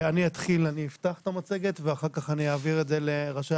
אני אפתח את המצגת ואחר כך אעביר את זה לראשי